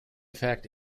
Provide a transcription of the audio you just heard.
fact